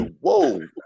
Whoa